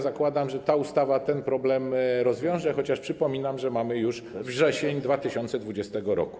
Zakładam, że ta ustawa ten problem rozwiąże, chociaż przypominam, że mamy już wrzesień 2020 r.